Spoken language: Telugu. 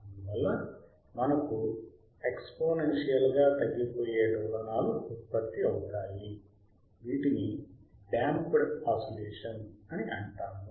అందువల్ల మనకు ఎక్స్పోనెన్షియల్ గా తగ్గిపోయే డోలనాలు ఉత్పత్తి అవుతాయి వీటిని డాంప్డ్ ఆసిలేషన్స్ అని అంటాము